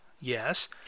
yes